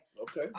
Okay